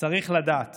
צריך לדעת